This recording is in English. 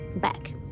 back